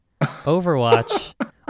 Overwatch